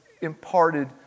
imparted